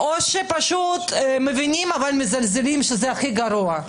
-- או שמבינים, אבל מזלזלים, שזה הכי גרוע.